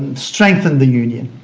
strengthen the union